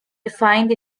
defined